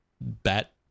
bat